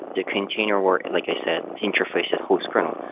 the container work and like i said interface at host kernel.